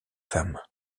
femme